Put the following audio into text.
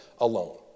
alone